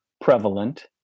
prevalent